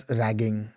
ragging